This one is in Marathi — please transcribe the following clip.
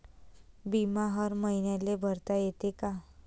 बिमा हर मईन्याले भरता येते का?